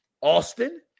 Austin